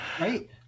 Right